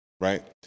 Right